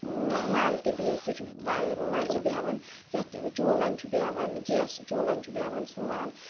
مل تہِ بِہِتھ سُہ چھُ مَزٕ بیٚہوان یَتھ چوٗلن چھُ بیٚہوان گیس چوٗلن چھُ بیٚہوان سُہ مَل